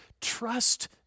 Trust